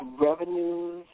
revenues